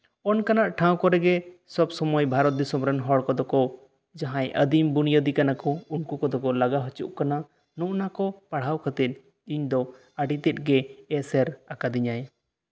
ᱚᱱᱠᱟᱱᱟᱜ ᱴᱷᱟᱶ ᱠᱚᱨᱮᱜᱮ ᱥᱚᱵ ᱥᱚᱢᱚᱭ ᱵᱷᱟᱨᱚᱛ ᱫᱤᱥᱚᱢ ᱨᱮᱱ ᱦᱚᱲ ᱠᱚᱫᱚᱠᱚ ᱡᱟᱦᱟᱸᱭ ᱟᱹᱫᱤᱢ ᱵᱩᱱᱤᱭᱟᱹᱫᱤ ᱠᱟᱱᱟ ᱠᱚ ᱩᱱᱠᱩ ᱠᱚᱫᱚᱠᱚ ᱞᱟᱜᱟ ᱦᱚᱪᱚᱜ ᱠᱟᱱᱟ ᱱᱚᱜᱼᱚ ᱱᱚᱶᱟ ᱠᱚ ᱯᱟᱲᱦᱟᱣ ᱠᱟᱛᱮᱫ ᱤᱧ ᱫᱚ ᱟᱹᱰᱤᱛᱮᱫ ᱜᱮ ᱮᱥᱮᱨ ᱟᱠᱟᱫᱤᱧᱟᱹᱭ